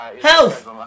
Health